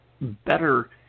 better